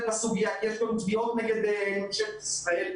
בסוגיה כי יש לנו תביעות נגד ממשלת ישראל.